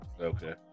Okay